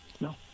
No